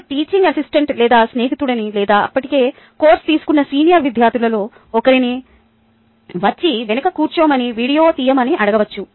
మీరు teaching assistant లేదా స్నేహితుడిని లేదా ఇప్పటికే కోర్సు తీసుకున్న సీనియర్ విద్యార్థులలో ఒకరిని వచ్చి వెనుక కూర్చోమని వీడియో తీయమని అడగవచ్చు